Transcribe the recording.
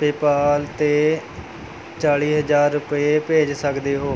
PayPal 'ਤੇ ਚਾਲੀ ਹਜ਼ਾਰ ਰੁਪਏ ਭੇਜ ਸਕਦੇ ਹੋ